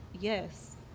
Yes